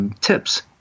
tips